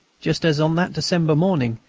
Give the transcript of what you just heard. just as on that december morning,